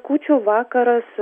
kūčių vakaras